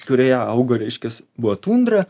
kurioje augo reiškias buvo tundra